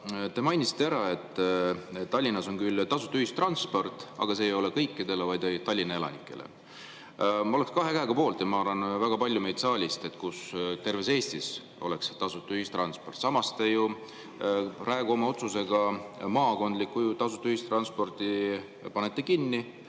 te mainisite ära, et Tallinnas on küll tasuta ühistransport, aga see ei ole kõikidele, vaid Tallinna elanikele. Ma oleks kahe käega poolt, ja ma arvan, et väga paljud siin saalis oleks selle poolt, kui terves Eestis oleks tasuta ühistransport. Samas te ju praegu oma otsusega maakondliku tasuta ühistranspordi panete kinni,